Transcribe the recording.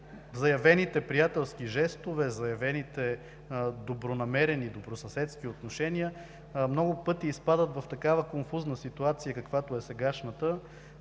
заявените приятелски жестове, заявените добронамерени, добросъседски отношения много пъти изпадат в такава конфузна ситуация, каквато е сегашната